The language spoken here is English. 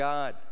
God